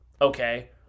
Okay